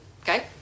okay